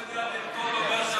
מי שלא יודע לרקוד אומר שהרצפה עקומה.